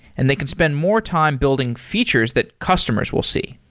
and they can spend more time building features that customers will see.